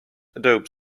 adobe